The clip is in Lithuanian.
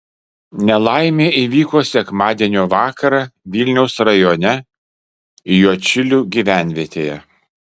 nelaimė įvyko sekmadienio vakarą vilniaus rajone juodšilių gyvenvietėje